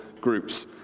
groups